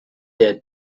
der